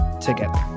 together